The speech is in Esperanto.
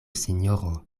sinjoro